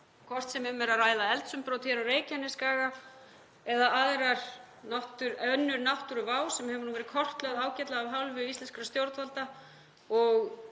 hvort sem um er að ræða eldsumbrot á Reykjanesskaga eða aðra náttúruvá sem hefur verið kortlögð ágætlega af hálfu íslenskra stjórnvalda